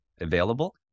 available